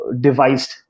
devised